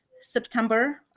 September